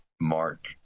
Mark